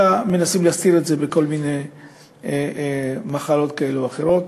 אלא מנסים להסתיר את זה בכל מיני מחלות כאלה או אחרות.